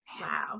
wow